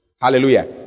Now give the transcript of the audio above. Hallelujah